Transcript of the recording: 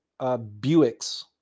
Buicks